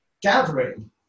gathering